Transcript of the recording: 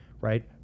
right